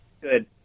Good